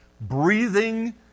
breathing